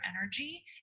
energy